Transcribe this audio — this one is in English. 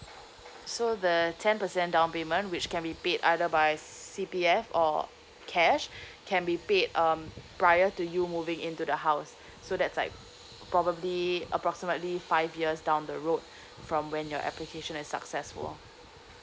so the ten percent down payment which can be paid either by C_P_F or cash can be paid um prior to you moving into the house so that's like probably approximately five years down the road from when your application is successful